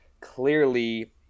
clearly